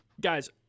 guys